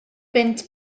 bunt